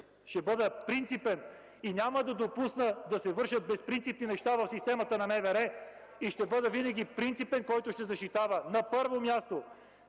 да бъда принципен и няма да допусна да се вършат безпринципни неща в системата на МВР. Ще бъда винаги принципен и ще защитавам, на първо място,